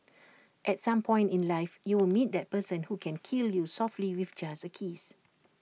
at some point in life you will meet that person who can kill you softly with just A kiss